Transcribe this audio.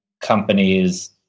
companies